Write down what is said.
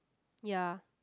ya